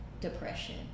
depression